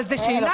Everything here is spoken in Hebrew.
אבל זו השאלה,